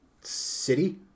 city